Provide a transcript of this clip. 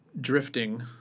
drifting